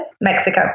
Mexico